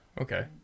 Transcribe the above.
Okay